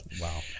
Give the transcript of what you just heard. Wow